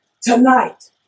tonight